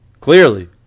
Clearly